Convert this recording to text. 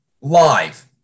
live